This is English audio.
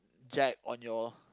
Jack on your